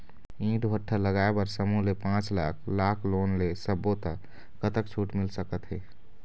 ईंट भट्ठा लगाए बर समूह ले पांच लाख लाख़ लोन ले सब्बो ता कतक छूट मिल सका थे?